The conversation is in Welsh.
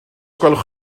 gwelwch